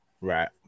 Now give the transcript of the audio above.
right